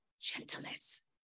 gentleness